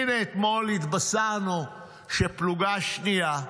הינה, אתמול התבשרנו שפלוגה שנייה,